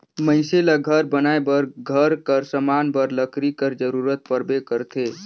मइनसे ल घर बनाए बर, घर कर समान बर लकरी कर जरूरत परबे करथे